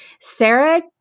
Sarah